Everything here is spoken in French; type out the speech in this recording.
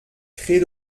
crée